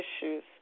issues